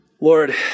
Lord